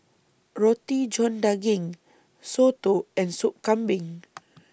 Roti John Daging Soto and Sup Kambing